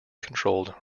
controlled